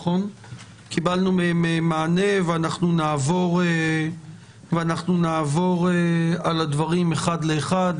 קיבלנו מה מענה, ואנחנו נעבור על הדברים אחד לאחד.